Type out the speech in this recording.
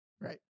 Right